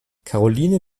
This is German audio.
karoline